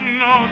no